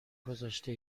گذاشته